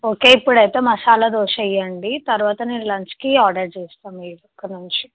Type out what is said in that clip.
okay ఇప్పుడైతే మసాలా దోశ వేయండి తరువాత నేను లంచ్కి ఆర్డర్ చేస్తాను మీ ఇక్కడ నుంచి